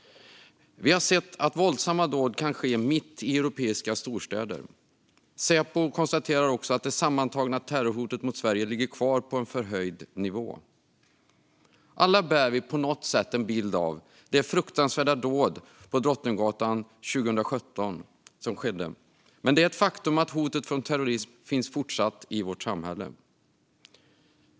Vi har sett att våldsamma dåd kan ske mitt i europeiska storstäder. Säpo konstaterar också att det sammantagna terrorhotet mot Sverige ligger kvar på en förhöjd nivå. Alla bär vi på något sätt en bild av det fruktansvärda dåd som skedde på Drottninggatan 2017. Men det är ett faktum att hotet från terrorismen finns fortsatt i vårt samhälle.